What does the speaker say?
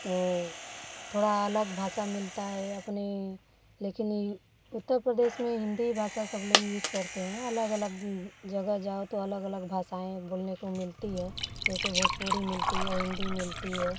तो थोड़ा अलग भाषा मिलता है अपने लकिन ये उत्तर प्रदेश में हिंदी भाषा सब लोग यूज करते हैं अलग अलग जगह जाओ तो अलग अलग भाषाएँ बोलने को मिलती हैं जैसे भोजपुरी मिलती है हिंदी मिलती है